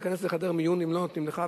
תיכנס לחדר מיון אם לא נותנים לך,